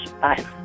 Bye